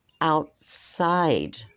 outside